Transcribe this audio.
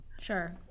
Sure